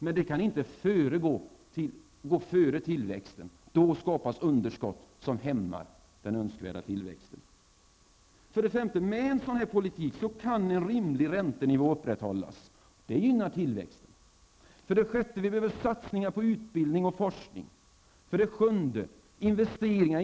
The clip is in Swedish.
Men det kan inte gå före tillväxten. Då skapas ett underskott som hotar den önskvärda tillväxten. 5. Med en sådan politik kan en rimlig räntenivå upprätthållas. Det gynnar tillväxten. 8.